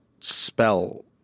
spell